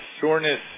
soreness